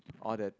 all the